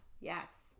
Yes